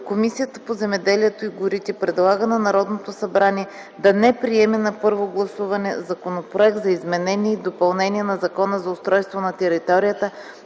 Комисията по земеделието и горите предлага на Народното събрание да не приеме на първо гласуване Законопроект за изменение и допълнение на Закона за устройство на територията,